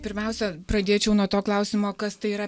pirmiausia pradėčiau nuo to klausimo kas tai yra